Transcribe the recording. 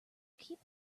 keep